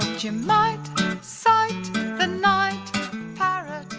you might sight the night parrot.